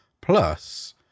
plus